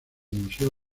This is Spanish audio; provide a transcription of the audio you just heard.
museo